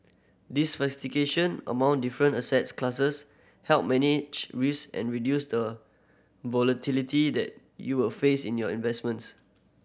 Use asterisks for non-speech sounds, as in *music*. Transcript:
*unintelligible* among different asset classes help manage risk and reduce the volatility that you will face in your investments